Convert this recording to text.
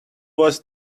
was